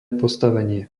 postavenie